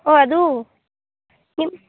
ಓಹ್ ಅದು ನಿಮ್ಮ